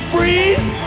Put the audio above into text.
Freeze